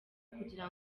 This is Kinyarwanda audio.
kugira